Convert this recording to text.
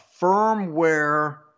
firmware